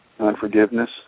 Unforgiveness